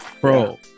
bro